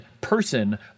person